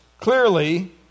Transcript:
clearly